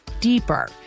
deeper